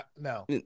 no